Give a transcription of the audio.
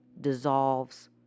dissolves